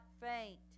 faint